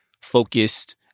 focused